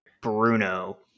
Bruno